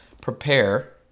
Prepare